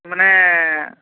ᱢᱟᱱᱮ